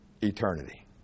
eternity